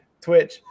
Twitch